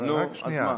רק שנייה.